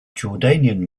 jordanian